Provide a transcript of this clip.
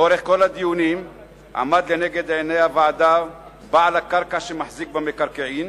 לאורך כל הדיונים עמד לנגד עיני הוועדה בעל הקרקע שמחזיק במקרקעין,